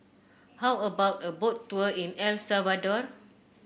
how about a Boat Tour in El Salvador